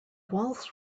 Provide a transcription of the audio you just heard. walls